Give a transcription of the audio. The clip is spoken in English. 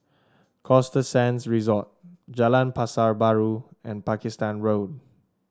Costa Sands Resort Jalan Pasar Baru and Pakistan Road